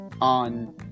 on